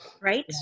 right